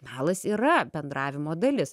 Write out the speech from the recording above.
melas yra bendravimo dalis